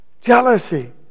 Jealousy